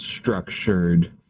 structured